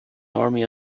army